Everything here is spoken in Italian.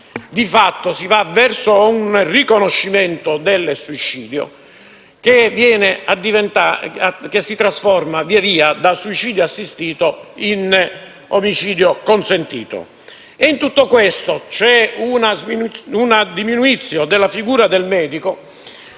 Di fatto si va verso un riconoscimento del suicidio, che si trasforma, via via, da suicidio assistito in omicidio consentito. In tutto questo c'è una *deminutio* della figura del medico: